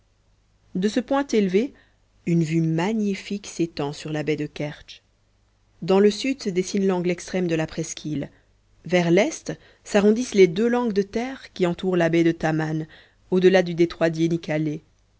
de ce point élevé une vue magnifique s'étend sur la baie de kertsch dans le sud se dessine l'angle extrême de la presqu'île vers l'est s'arrondissent les deux langues de terre qui entourent la baie de taman au delà du détroit d'iénikalé